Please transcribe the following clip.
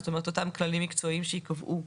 זאת אומרת אותם כללים מקצועיים שייקבעו